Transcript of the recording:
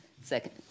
Second